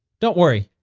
don't worry,